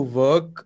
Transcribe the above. work